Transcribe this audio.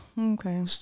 Okay